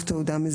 בוקר טוב לכולם,